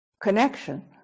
Connection